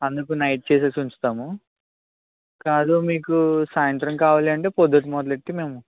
అందుకు నైట్ చేసి ఉంచుతాము కాదు మీకు సాయంత్రం కావాలి అంటే పొద్దున్నమొదలు పెట్టి మేము